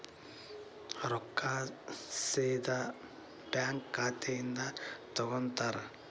ರೊಕ್ಕಾ ಸೇದಾ ಬ್ಯಾಂಕ್ ಖಾತೆಯಿಂದ ತಗೋತಾರಾ?